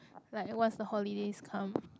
like once the holidays come